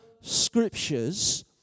Scriptures